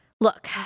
Look